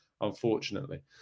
unfortunately